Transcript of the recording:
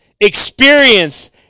experience